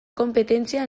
konpetentzia